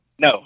No